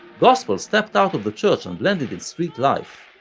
gospel stepped out of the church and blended in street life,